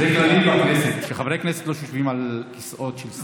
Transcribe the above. זה כלל בכנסת שחברי הכנסת לא יושבים על כיסאות של שר.